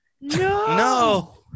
No